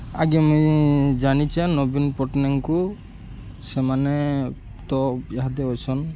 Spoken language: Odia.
ଆଜ୍ଞା ମୁଇଁ ଜାନିଚେଁ ନବୀନ୍ ପଟ୍ଟନାୟକ୍ଙ୍କୁ ସେମାନେ ତ ଇହାଦେ ଅଛନ୍